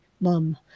mum